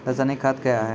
रसायनिक खाद कया हैं?